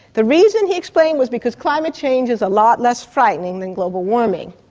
the reason, he explained, was because climate change is a lot less frightening than global warming.